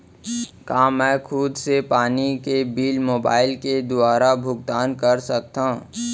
का मैं खुद से पानी के बिल मोबाईल के दुवारा भुगतान कर सकथव?